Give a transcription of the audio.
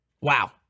Wow